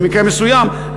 במקרה מסוים,